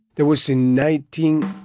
there was in nineteen